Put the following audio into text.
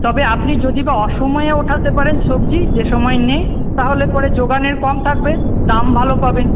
তবে আপনি যদি বা অসময়ে ওঠাতে পারেন সবজি যে সময় নেই তাহলে পরে জোগানের কম থাকবে দাম ভালো পাবেন